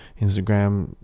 Instagram